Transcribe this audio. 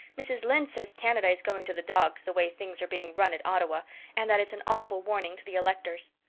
mrs. lynde says canada is going to the dogs the way things are being run at ottawa and that it's an awful warning to the electors.